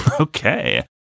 Okay